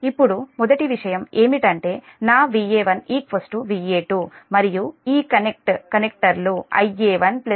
ఇప్పుడు మొదటి విషయం ఏమిటంటే నా Va1 Va2 మరియు ఈ కనెక్ట్ కనెక్టర్లు Ia1 Ia2 Ia0 0